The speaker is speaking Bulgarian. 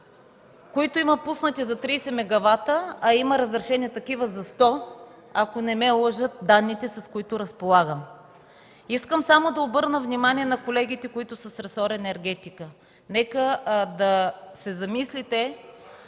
които има пуснати за 30 мегавата, а има такива разрешения и за 100, ако не ме лъжат данните, с които разполагам. Искам само да обърна внимание на колегите, които са с ресор „енергетика”. Нека да се замислите